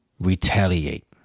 retaliate